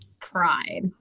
pride